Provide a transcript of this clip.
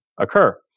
occur